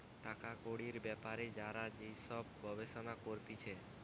টাকা কড়ির বেপারে যারা যে সব গবেষণা করতিছে